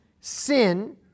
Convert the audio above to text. sin